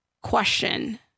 question